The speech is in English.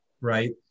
Right